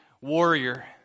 warrior